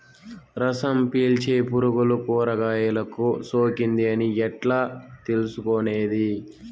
రసం పీల్చే పులుగులు కూరగాయలు కు సోకింది అని ఎట్లా తెలుసుకునేది?